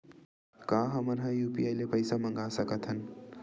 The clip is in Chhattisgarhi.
का हमन ह यू.पी.आई ले पईसा मंगा सकत हन?